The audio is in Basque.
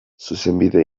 zuzenbide